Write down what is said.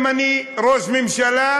אם אני לא ראש ממשלה,